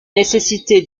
nécessité